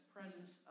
presence